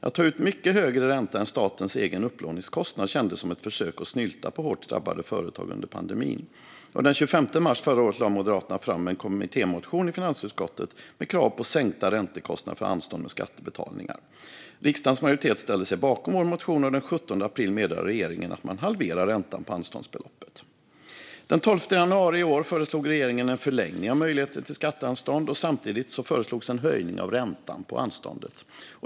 Att ta ut mycket högre ränta än statens egen upplåningskostnad kändes som ett försök att snylta på hårt drabbade företag under pandemin. Den 25 mars förra året väckte Moderaterna en kommittémotion i finansutskottet med krav på sänkta räntekostnader för anstånd med skatteinbetalningar. Riksdagens majoritet ställde sig bakom vår motion, och den 17 april meddelade regeringen att man halverade räntan på anståndsbeloppet. Den 12 januari i år föreslog regeringen en förlängning av möjligheten till skatteanstånd. Samtidigt föreslogs en höjning av räntan på anståndet.